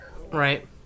right